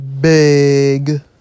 big